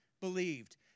believed